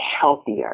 healthier